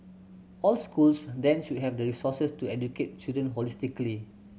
all schools then should have the resources to educate children holistically